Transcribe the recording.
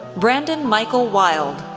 brandon michael wilde,